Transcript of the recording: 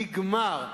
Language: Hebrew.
נגמר,